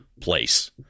place